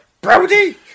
Brody